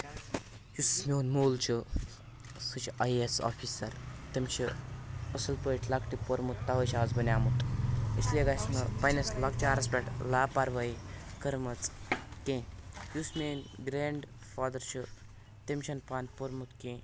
یُس میٛون مول چھُ سُہ چھُ آی اے ایس آفیسَر تٔمِس چھِ اَصٕل پٲٹھۍ لۅکٹہِ پوٚرمُت تَوَے چھُ اَز بَنیٛومُت اِسلِیے گَژِھِنہٕ پَنٕنِس لۅکچارَس پؠٹھ لاپَروٲہِی کٔرمٕژ کیٚنٛہہ یُس میٛٲنۍ گَرِینٛڈ فادَر چھِ تِم چھِنہٕ پانہٕ پوٚرمُت کیٚنٛہہ